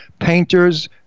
painters